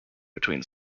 between